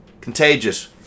Contagious